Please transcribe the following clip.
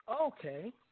Okay